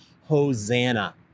Hosanna